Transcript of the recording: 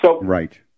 Right